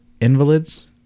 invalids